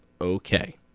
Okay